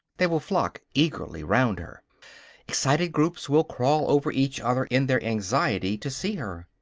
they will flock eagerly round her excited groups will crawl over each other in their anxiety to see her.